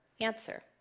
answer